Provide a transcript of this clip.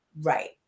Right